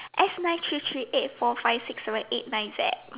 S nine three three four five six seven eight nine Z